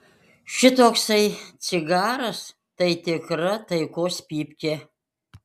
šitoksai cigaras tai tikra taikos pypkė